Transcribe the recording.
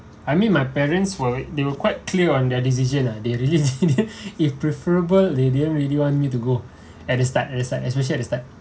I mean my parents will they were quite clear on their decision ah they really if preferable they didn't really want me to go at the start at the start especially at the start